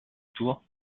tour